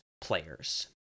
players